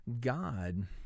God